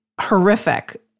horrific